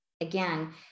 Again